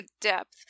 depth